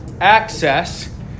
access